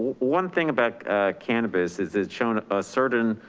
one thing about cannabis, is has shown a certain